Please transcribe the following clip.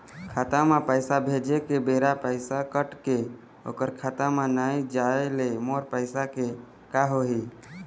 खाता म पैसा भेजे के बेरा पैसा कट के ओकर खाता म नई जाय ले मोर पैसा के का होही?